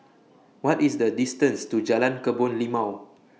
What IS The distance to Jalan Kebun Limau